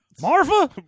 marfa